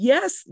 Yes